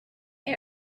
air